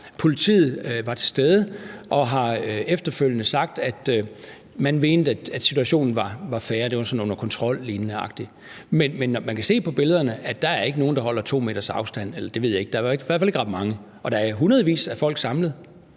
Politiet var til stede og har efterfølgende sagt, at man mente, at situationen var fair, og at den var sådan nogenlunde under kontrol, men man kan se på billederne, at der ikke er nogen, der holder 2 m's afstand – eller det ved jeg ikke; der er i hvert fald ikke ret mange, og der er i hundredvis af folk samlet.